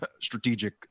strategic